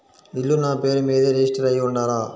ఇల్లు నాపేరు మీదే రిజిస్టర్ అయ్యి ఉండాల?